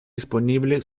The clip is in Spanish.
disponible